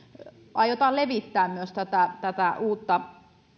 aiotaan levittää myös tätä tätä uutta